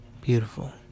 Beautiful